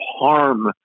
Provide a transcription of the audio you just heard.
harm